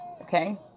Okay